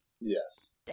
Yes